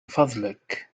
فضلك